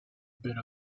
bit